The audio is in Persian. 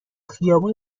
خیابون